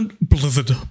Blizzard